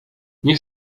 nie